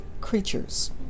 creatures